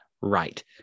right